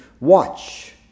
watch